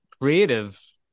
creative